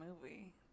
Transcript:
movie